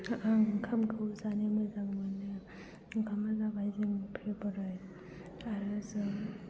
आं ओंखामखौ जानो मोजां मोनो ओंखामआ जाबाय जोंनि फेभरिट आरो जों